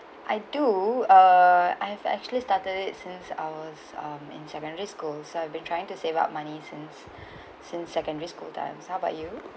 I do err I have actually started it since I was um in secondary school so I've been trying to save up money since since secondary school times how about you